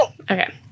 Okay